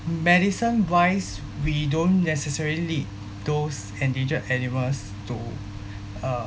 medicine wise we don't necessarily need those endangered animals to uh